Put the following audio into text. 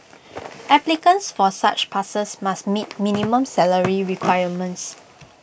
applicants for such passes must meet minimum salary requirements